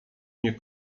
mnie